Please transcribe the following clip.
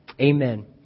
Amen